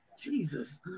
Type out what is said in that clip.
Jesus